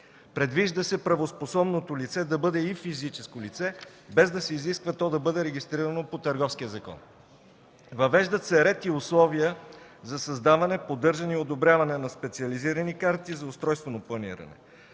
Предвижда се правоспособното лице да бъде и физическо лице без да се изисква то да бъде регистрирано по Търговския закон. Въвеждат се ред и условия за създаване, поддържане и одобряване на специализирани карти за устройствено планиране.